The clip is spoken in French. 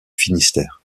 finistère